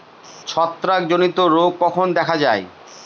ছত্রাক জনিত রোগ কখন দেখা য়ায়?